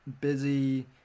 busy